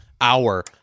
hour